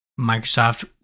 Microsoft